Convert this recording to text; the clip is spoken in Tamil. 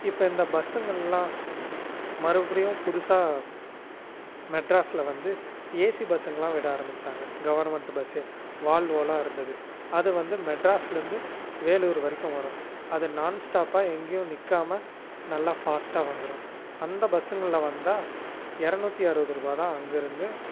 இப்போ இந்த பஸ்ஸுங்களெலாம் மறுபடியும் புதுசாக மெட்ராஸில் வந்து ஏசி பஸ்ஸுங்களெலாம் விட ஆரம்பிச்சாங்க கவர்மெண்ட் பஸ்ஸே வால்வோலாம் இருந்தது அது வந்து மெட்ராஸ்லேருந்து வேலூர் வரைக்கும் வரும் அது நான் ஸ்டாப்பாக எங்கேயும் நிற்காம நல்ல ஃபாஸ்ட்டாக வந்துடும் அந்த பஸ்ஸுங்களில் வந்தால் இரநூத்தி அறுபத்துரூவாதான் அங்கேருந்து